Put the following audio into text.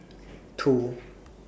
two